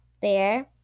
bear